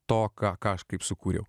to ką aš kaip sukūriau